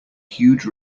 huge